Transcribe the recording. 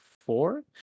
four